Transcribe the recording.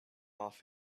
off